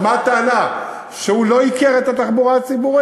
אז מה הטענה, שהוא לא ייקר את התחבורה הציבורית?